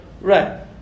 right